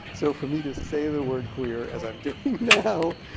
so for me to say the word! queer, as i'm doing now,